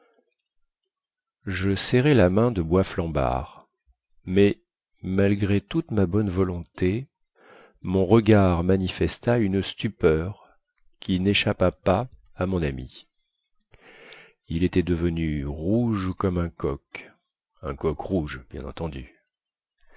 je serrai la main de boisflambard mais malgré toute ma bonne volonté mon regard manifesta une stupeur qui néchappa pas à mon ami il était devenu rouge comme un coq